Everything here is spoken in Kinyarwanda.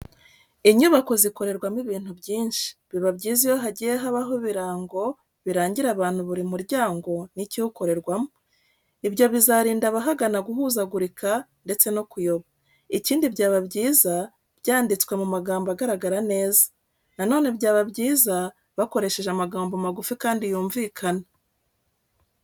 Inyubako zikorerwamo ibintu byinshi, biba byiza iyo hagiye habaho ibirango birangira abantu buri muryango n'ikiwukorerwamo. Ibyo bizarinda abahagana guhuzagurika ndetse no kuyoba. Ikindi byaba byiza byanditswe mu magambo agaragara neza. Na none byaba byiza bakoresheje amagambo magufi kandi yumvikana.